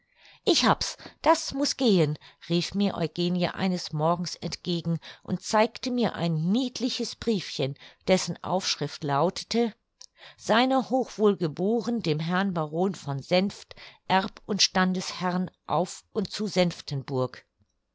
ich hab's das muß gehen rief mir eugenie eines morgens entgegen und zeigte mir ein niedliches briefchen dessen aufschrift lautete sr hochwohlgeboren dem herrn baron von senft erb und standesherrn auf und zu senftenburg